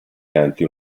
canti